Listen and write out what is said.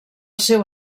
seu